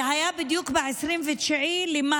זה היה בדיוק ב-29 במאי,